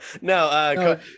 No